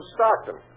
Stockton